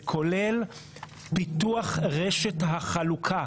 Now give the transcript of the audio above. וכולל פיתוח רשת החלוקה,